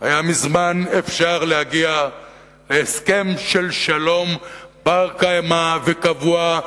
היה מזמן אפשר להגיע להסכם של שלום בר-קיימא וקבוע,